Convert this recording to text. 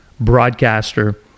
broadcaster